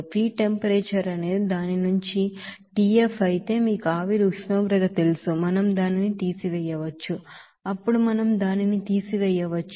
feed temperature అనేది దాని నుంచ tF అయితే మీకు ఆవిరి ఉష్ణోగ్రత తెలుసు మనం దానిని తీసివేయవచ్చు అప్పుడు మనం దానిని తీసివేయవచ్చు ఇక్కడ 1237